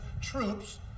troops